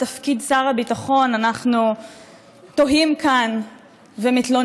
תפקיד שר הביטחון אנחנו תוהים כאן ומתלוננים.